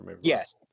yes